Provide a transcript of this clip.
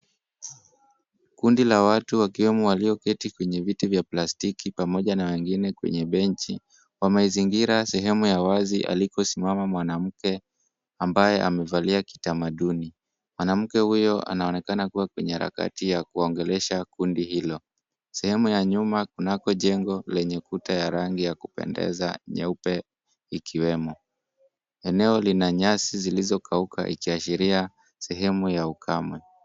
Kundi la watu, wakiwemo walioketi kwenye viti vya plastiki pamoja na wengine kwenye benchi, wamezingira sehemu ya wazi alikosimama mwanamke ambaye amevalia kitamaduni. Mwanamke huyo anaonekana kuwa kwenye harakati ya kuongelesha kundi hilo. Sehemu ya nyuma kunako jengo lenye kuta ya rangi ya kupendeza, nyeupe ikiwemo. Eneo lina nyasi zilizokauka ikiashiria sehemu ya ukame.